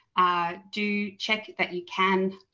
do check that you can,